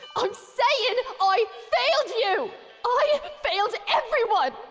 i'm sayin' ah i failed you! ah i failed everyone!